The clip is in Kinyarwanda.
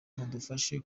mudufashe